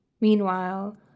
Meanwhile